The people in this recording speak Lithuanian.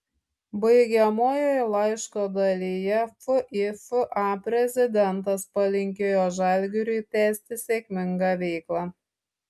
baigiamojoje laiško dalyje fifa prezidentas palinkėjo žalgiriui tęsti sėkmingą veiklą